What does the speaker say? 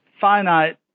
finite